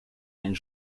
and